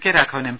K Raghavan M